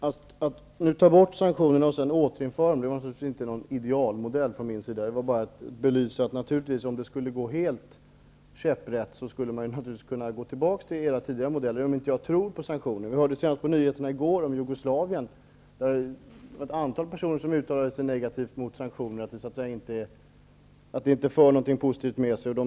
Herr talman! Att nu häva sanktionerna och sedan återinföra dem är naturligtvis inte någon idealmodell. Det var bara ett exempel på att om det skulle gå helt käpprätt, skulle man naturligtvis kunna gå tillbaka till er modell, även om jag inte tror på sanktioner. Vi hörde ju på nyheterna i går att ett antal människor i Jugoslavien uttalade sig negativt om sanktionerna och menade att de inte hade något positivt med sig.